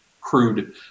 crude